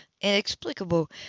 inexplicable